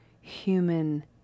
human